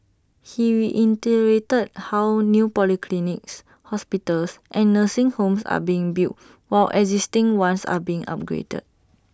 he reiterated how new polyclinics hospitals and nursing homes are being built while existing ones are being upgraded